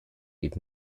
did